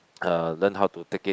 uh learn how to take it